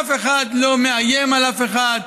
אף אחד לא מאיים על אף אחד,